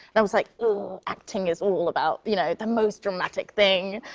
and i was like, ooh, acting is all about, you know, the most dramatic thing.